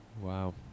wow